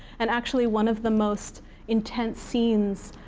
and actually, one of the most intense scenes,